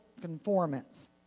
conformance